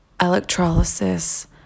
electrolysis